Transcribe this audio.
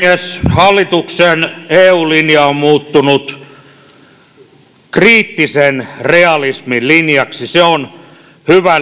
hallituksen eu linja on muuttunut kriittisen realismin linjaksi se on hyvä